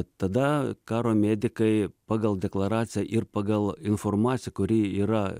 tada karo medikai pagal deklaraciją ir pagal informaciją kuri yra